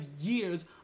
years